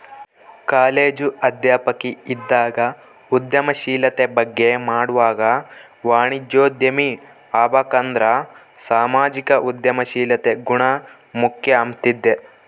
college ಅಧ್ಯಾಪಕಿ ಇದ್ದಾಗ ಉದ್ಯಮಶೀಲತೆ ಬಗ್ಗೆ ಮಾಡ್ವಾಗ ವಾಣಿಜ್ಯೋದ್ಯಮಿ ಆಬಕಂದ್ರ ಸಾಮಾಜಿಕ ಉದ್ಯಮಶೀಲತೆ ಗುಣ ಮುಖ್ಯ ಅಂಬ್ತಿದ್ದೆ